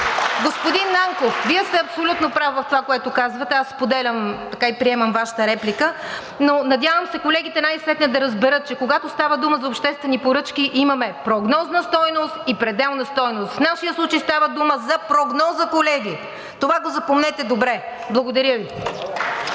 Господин Нанков, Вие сте абсолютно прав в това, което казвате. Аз споделям и приемам Вашата реплика, но надявам се колегите най-сетне да разберат, че когато става дума за обществени поръчки, имаме прогнозна стойност и пределна стойност. В нашия случай става дума за прогноза, колеги. Това го запомнете добре. Благодаря Ви.